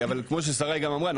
אבל כמו ששריי גם אמרה,